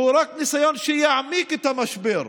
הוא ניסיון שרק יעמיק את המשבר.